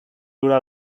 dura